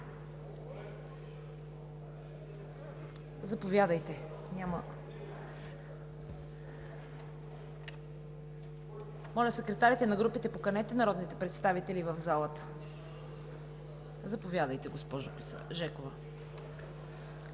залата. Моля, секретарите на групите, поканете народните представители в залата! Заповядайте, госпожо Жекова.